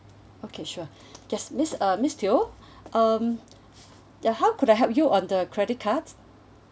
okay sure yes miss uh miss teo um uh how can I help you on the credit card